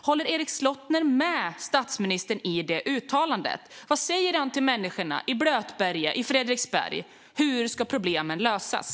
Håller Erik Slottner med om statsministerns uttalande? Vad säger han till människorna i Blötberget och i Fredriksberg när det gäller hur problemen ska lösas?